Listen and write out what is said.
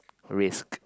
risk